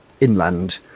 inland